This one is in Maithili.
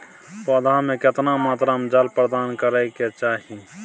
पौधा में केतना मात्रा में जल प्रदान करै के चाही?